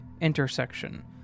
intersection